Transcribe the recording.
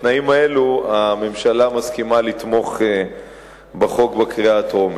בתנאים האלו הממשלה מסכימה לתמוך בחוק בקריאה הטרומית.